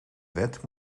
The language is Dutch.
wet